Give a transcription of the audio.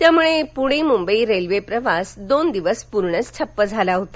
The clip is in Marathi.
त्यामुळे पुणे मुंबई रेल्वे प्रवास दोन दिवस पूर्णच ठप्प झाला होता